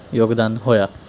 ਯੋਗਦਾਨ ਹੋਇਆ